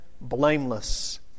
blameless